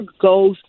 goes